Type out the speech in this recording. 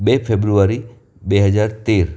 બે ફેબ્રુઆરી બે હજાર તેર